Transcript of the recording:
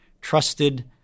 trusted